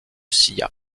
silla